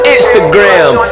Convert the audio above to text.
Instagram